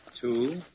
Two